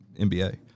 NBA